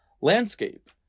landscape